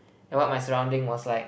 and what my surrounding was like